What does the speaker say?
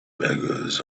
beggars